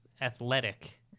athletic